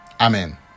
Amen